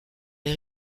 les